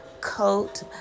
coat